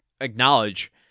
acknowledge